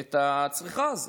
את הצריכה הזאת.